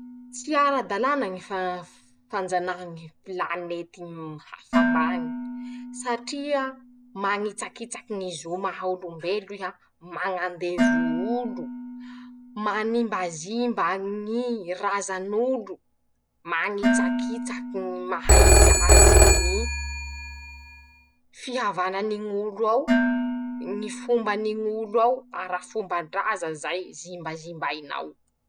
Tsy ara-dalàna ñy f fanjanaha ñy pilanety ny hafa mbañy; satria mañitsakitsaky ñy zo maha olombelo iha, mañandevo olo, <...>manimbazimba ñy razan'olo, mañitsakitsaky ñy maha izy azy ñy, fihavananiñ'olo ao, ñy fombany ñ'olo ao, ara-fomban-draza zay, zimbazimbainao.